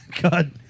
god